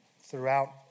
throughout